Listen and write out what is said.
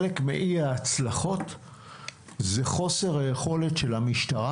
חלק מאי-ההצלחות זה חוסר היכולת של המשטרה